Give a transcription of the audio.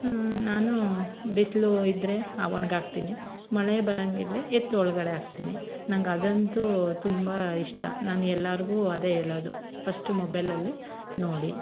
ನಾನು ಬಿಸಿಲು ಇದ್ದಾರೆ ಹಾಂ ಒಣ್ಗಾಗ್ತಿನಿ ಮಳೆ ಬರಂಗಿದ್ರೆ ಎತ್ತಿ ಒಳಗಡೆ ಹಾಕ್ತಿನಿ ನಂಗೆ ಅದಂತೂ ತುಂಬ ಇಷ್ಟ ನಾನು ಎಲ್ಲರ್ಗು ಅದೇ ಹೇಳೋದು ಫಶ್ಟು ಮೊಬೈಲಲ್ಲಿ ನೋಡಿ